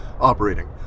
operating